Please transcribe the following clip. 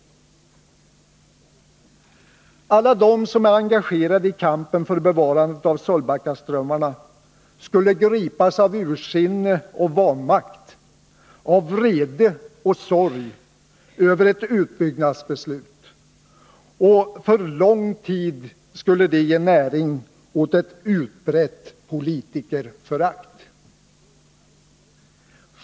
Alla de som är engagerade i kampen för bevarandet av Sölvbackaströmmarna skulle gripas av ursinne och vanmakt, av vrede och sorg över ett utbyggnadsbeslut, och det skulle för lång tid ge näring åt ett utbrett politikerförakt.